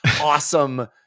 awesome